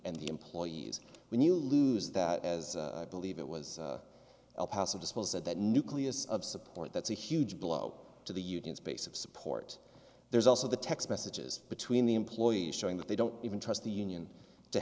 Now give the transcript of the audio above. and the employees when you lose that as i believe it was el paso dispose at that nucleus of support that's a huge blow to the union's base of support there's also the text messages between the employees showing that they don't even trust the union to